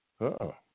Uh-oh